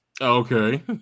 Okay